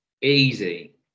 Easy